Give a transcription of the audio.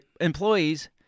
employees